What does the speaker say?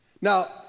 Now